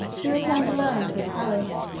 he returned alone to his palace,